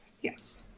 Yes